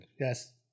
Yes